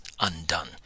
undone